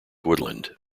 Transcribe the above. woodland